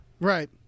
Right